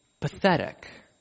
pathetic